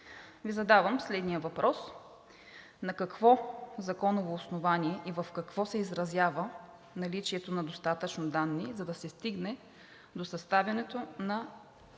Ви задавам следния въпрос: на какво законово основание и в какво се изразява наличието на достатъчно данни, за да се стигне до съставянето на